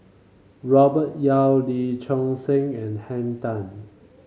Robert Yeo Lee Choon Seng and Henn Tan